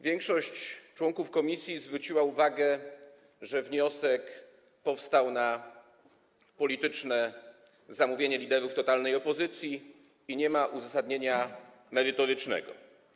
Większość członków komisji zwróciła uwagę, że wniosek powstał na polityczne zamówienie liderów totalnej opozycji i nie ma uzasadnienia merytorycznego.